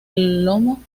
lomo